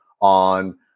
on